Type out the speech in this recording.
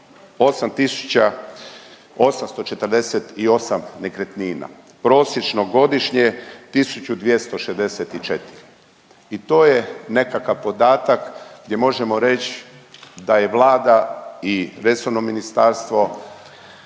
8.848 nekretnina. Prosječno godišnje 1.264. I to je nekakav podatak gdje možemo reć da je Vlada i resorno ministarstvo